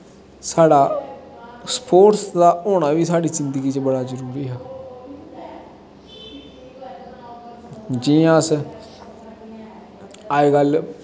साढ़ा स्पोर्टस दा होना बी साढ़ी जिन्दगी च बड़ा जरूरी हा जि'यां अस अजकल